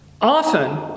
Often